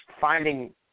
finding